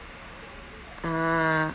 uh